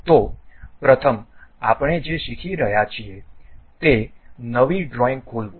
તો પ્રથમ આપણે જે શીખી રહ્યા છીએ તે નવી ડ્રોઇંગ ખોલવું